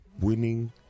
winning